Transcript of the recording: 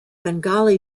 bengali